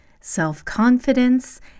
self-confidence